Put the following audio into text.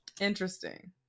interesting